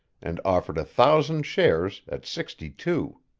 and offered a thousand shares at sixty-two.